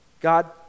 god